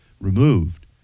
removed